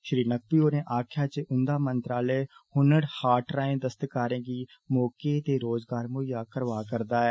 श्री नकवी होरें आक्खेआ जे उंदा मंत्रालय हुनर हाट राएं दस्तकारें गी मौके ते रोज़गार मुहैय्या करोआया करदा ऐ